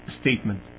statement